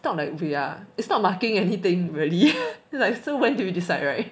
it's not like we are it's not marking anything really like so when do you decide [right]